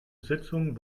sitzung